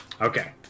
Okay